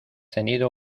tenido